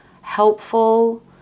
helpful